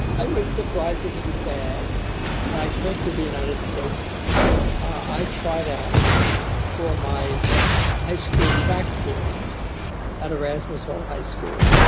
i was surprisingly fast. when i came to the united states i tried out for my high school track team at erasmus hall high school,